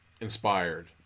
inspired